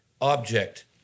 object